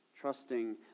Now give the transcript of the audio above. Trusting